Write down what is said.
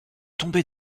tombé